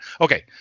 Okay